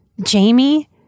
Jamie